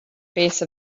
base